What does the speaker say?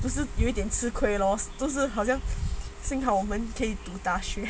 不是有点吃亏 lor 就是好像幸好我们可以读大学